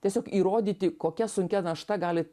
tiesiog įrodyti kokia sunkia našta gali